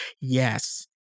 Yes